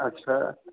अछा